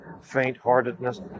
faint-heartedness